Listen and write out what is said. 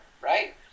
right